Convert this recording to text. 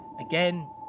Again